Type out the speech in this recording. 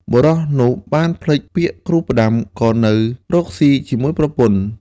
បុរសនោះបានភ្លេចពាក្យគ្រូផ្ដាំ ក៏នៅរកស៊ីជាមួយប្រពន្ធ។